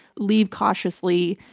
leave cautiously.